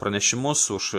pranešimus už